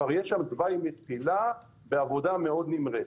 כבר יהיה שם תוואי מסילה בעבודה מאוד נמרצת.